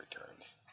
returns